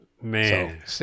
Man